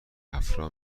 افرا